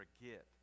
forget